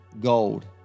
gold